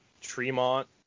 Tremont